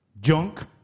junk